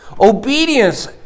obedience